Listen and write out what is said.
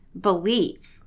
believe